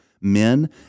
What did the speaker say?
Men